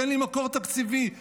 אין לי מקור תקציבי,